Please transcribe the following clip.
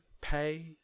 pay